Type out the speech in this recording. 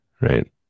right